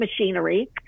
machinery